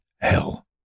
hell